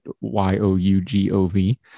Y-O-U-G-O-V